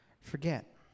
forget